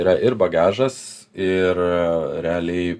yra ir bagažas ir realiai